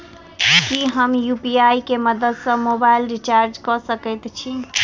की हम यु.पी.आई केँ मदद सँ मोबाइल रीचार्ज कऽ सकैत छी?